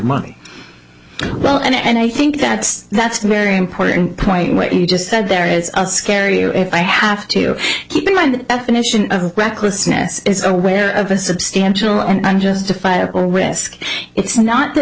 money well and i think that that's very important point what you just said there is a scary if i have to keep in mind definition of recklessness is aware of a substantial and unjustifiable risk it's not that